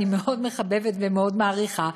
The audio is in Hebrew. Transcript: אני מאוד מחבבת ומאוד מעריכה,